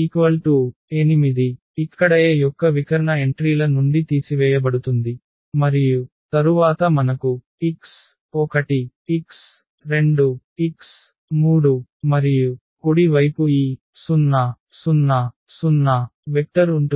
8 ఇక్కడA యొక్క వికర్ణ ఎంట్రీల నుండి తీసివేయబడుతుంది మరియు తరువాత మనకు x1 x2 x3 మరియు కుడి వైపు ఈ 0 0 0 వెక్టర్ ఉంటుంది